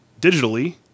digitally